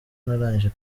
narangije